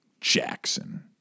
Jackson